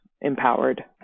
empowered